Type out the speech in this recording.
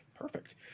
Perfect